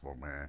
man